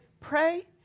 pray